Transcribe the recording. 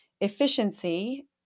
Efficiency